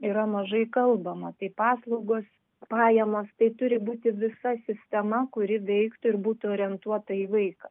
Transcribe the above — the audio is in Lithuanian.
yra mažai kalbama tai paslaugos pajamos tai turi būti visa sistema kuri veiktų ir būtų orientuota į vaiką